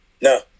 No